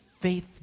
faith